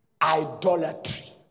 Idolatry